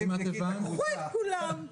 קחו את כולם,